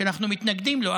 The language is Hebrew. שאנו מתנגדים לו,